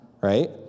right